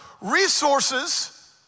resources